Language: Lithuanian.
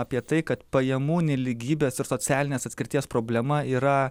apie tai kad pajamų nelygybės ir socialinės atskirties problema yra